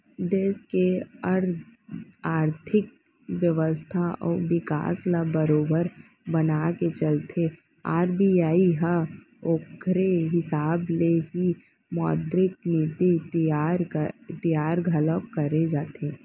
देस के आरथिक बेवस्था अउ बिकास ल बरोबर बनाके चलथे आर.बी.आई ह ओखरे हिसाब ले ही मौद्रिक नीति तियार घलोक करे जाथे